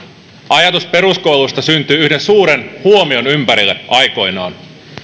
ajatus peruskoulusta syntyi yhden suuren huomion ympärille aikoinaan